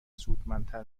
سودمندتر